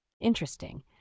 Interesting